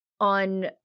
on